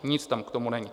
Nic tam k tomu není.